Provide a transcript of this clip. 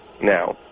now